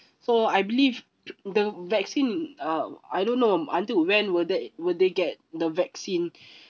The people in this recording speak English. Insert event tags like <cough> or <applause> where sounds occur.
so I believe the vaccine uh I don't know until when will they will they get the vaccine <breath>